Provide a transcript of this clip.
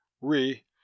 Re